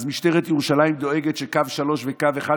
אז משטרת ירושלים דואגת שקו 3 וקו 1,